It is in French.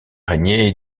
régné